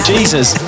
Jesus